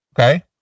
Okay